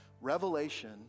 Revelation